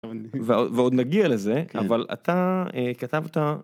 ועוד נגיע לזה, אבל אתה כתבת..